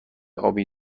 آبی